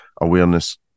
awareness